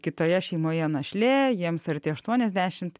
kitoje šeimoje našlė jiems arti aštuoniasdešimt